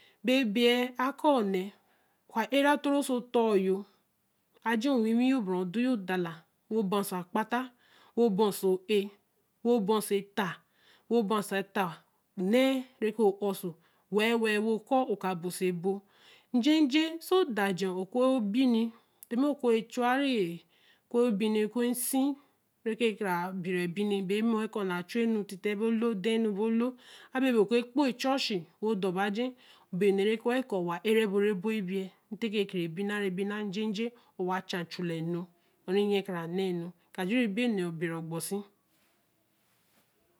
Bebe a kaa nee, o ka era o toro so ton yo ajer owiwi yoo bere odo yor dala wo ba so a kpa ta wo ba oso eer wo ba so etta onne re ke ō a oso wel-wel wo koo oka ba oso bol njeje sojer o ku binni tima o ku re chu wa re o ku bini oku esu, re ke kara bira ebine be mo wen koo na chu nu tite bo loo ihan nu bo loo a bebe oku ekpo church-chi ru dor ba jer ba enu re baya kōō wa ere boru ebo ebei tekee kie binaru ebine njeje o wa cha chula nu hore yan kara na nu kajure be onee obere kposi